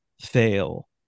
fail